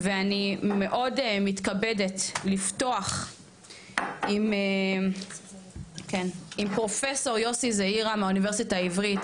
ואני מאוד מתכבדת לפתוח עם פרופסור יוסי זעירא מהאוניברסיטה העברית,